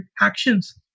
actions